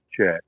check